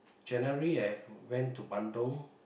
January I went to Bandung